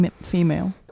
female